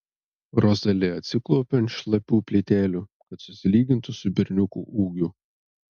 rozali atsiklaupia ant šlapių plytelių kad susilygintų su berniuku ūgiu